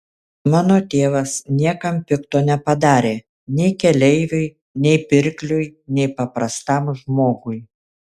mano tėvas niekam pikto nepadarė nei keleiviui nei pirkliui nei paprastam žmogui